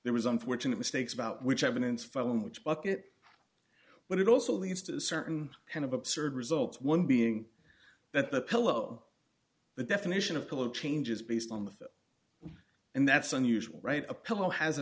there was unfortunate mistakes about which evidence fell in which bucket but it also leads to a certain kind of absurd results one being that the pillow the definition of color changes based on the field and that's unusual right a pillow has a